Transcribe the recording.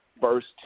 first